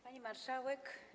Pani Marszałek!